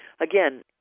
Again